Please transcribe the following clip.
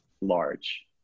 large